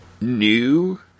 new